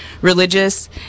religious